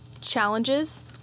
challenges